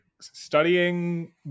studying